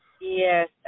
Yes